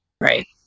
Right